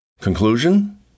Conclusion